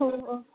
हो हो